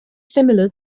similar